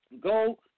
go